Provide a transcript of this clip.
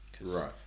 Right